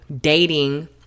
dating